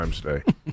today